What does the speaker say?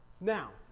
Now